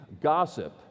Gossip